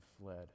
fled